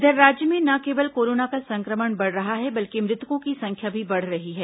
इधर राज्य में न केवल कोरोना का संक्रमण बढ़ रहा है बल्कि मृतकों की संख्या भी बढ़ रही है